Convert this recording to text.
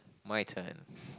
my turn